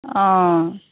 অঁ